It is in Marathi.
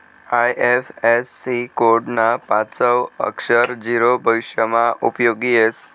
आय.एफ.एस.सी कोड ना पाचवं अक्षर झीरो भविष्यमा उपयोगी येस